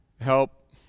help